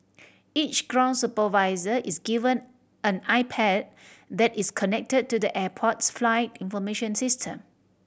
each ground supervisor is given an iPad that is connected to the airport's flight information system